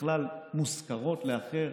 בכלל מושכרות לאחר,